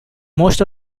most